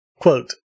Quote